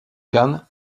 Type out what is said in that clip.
khan